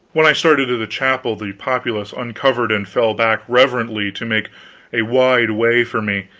when i started to the chapel, the populace uncovered and fell back reverently to make a wide way for me,